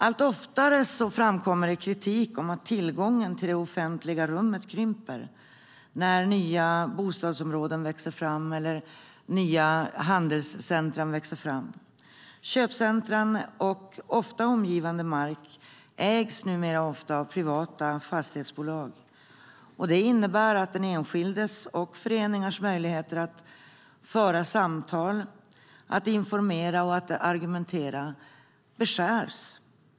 Allt oftare framkommer det kritik om att tillgången till det offentliga rummet krymper när nya bostadsområden eller handelscentrum växer fram. Köpcentrum och omgivande mark ägs numera ofta av privata fastighetsbolag. Det innebär att den enskildes och föreningars möjligheter att föra samtal, informera och argumentera beskärs.